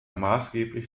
maßgeblich